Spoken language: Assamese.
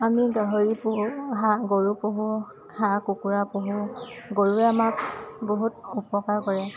আমি গাহৰি পোহোঁ হাঁহ গৰু পোহোঁ হাঁহ কুকুৰা পোহোঁ গৰুৱে আমাক বহুত উপকাৰ কৰে